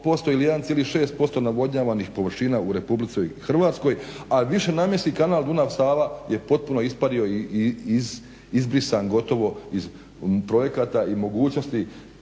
ili 1,6% navodnjavanih površina u Republici Hrvatskoj, a višenamjenski kanal Dunav-Sava je potpuno ispario i izbrisan gotovo iz projekata i mogućnosti